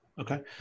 Okay